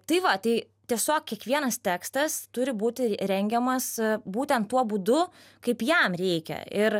tai va tai tiesiog kiekvienas tekstas turi būti rengiamas būtent tuo būdu kaip jam reikia ir